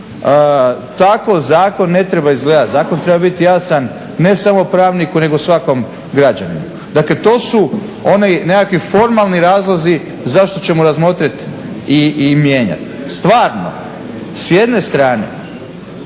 Tako zakon ne treba izgledati, zakon treba biti jasan, ne samo pravniku, nego svakog građaninu. Dakle, to su oni nekakvi formalni razlozi zašto ćemo razmotriti i mijenjati. Stvarno, s jedne strane